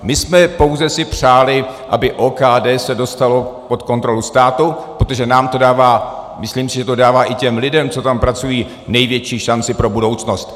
My jsme si pouze přáli, aby se OKD dostalo pod kontrolu státu, protože nám to dává, myslím si, že to dává i těm lidem, co tam pracují, největší šanci pro budoucnost.